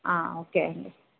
okay అండి